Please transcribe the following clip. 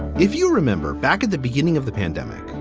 if you remember back at the beginning of the pandemic,